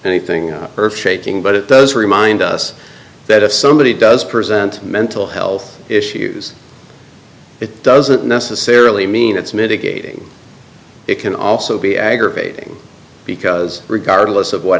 anything earth shaking but it does remind us that if somebody does present mental health issues it doesn't necessarily mean it's mitigating it can also be aggravating because regardless of what